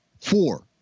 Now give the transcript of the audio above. Four